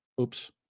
Oops